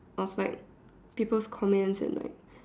of like people's comments and like